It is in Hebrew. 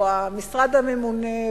או המשרד הממונה,